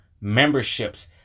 memberships